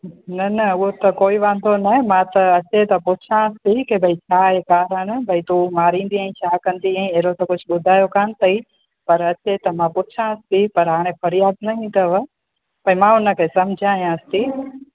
न न उहा त कोई वांदो न मां त अचे त पुछांसि थी कि भई छा इहा कारण भई तूं मारींदी आही छा कंदी आही अहिड़ो त कुझु ॿुधायो कोनि अथई पर अचे त मां पुछांसि थी पर हाणे फरियाद ॾिनी अथव त मां उन खे सम्झायांसि थी